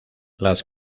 las